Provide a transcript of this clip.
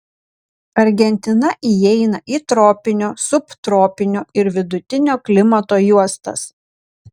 argentina įeina į tropinio subtropinio ir vidutinio klimato juostas